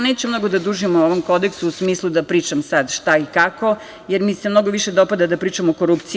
Neću mnogo da dužim o ovom Kodeksu u smislu da pričam sad šta i kako, jer mi se mnogo više dopada da pričamo o korupciji.